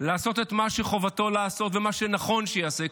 לעשות את מה שחובתו לעשות ואת מה שנכון שיעשה,